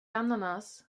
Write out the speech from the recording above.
ananas